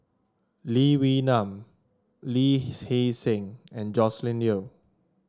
Lee Wee Nam Lee Hee Seng and Joscelin Yeo